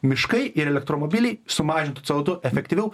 miškai ir elektromobiliai sumažintų c o du efektyviau